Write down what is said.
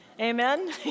Amen